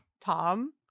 Tom